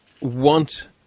want